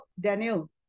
Daniel